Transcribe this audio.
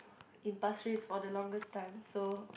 in Pasir Ris for the longest time so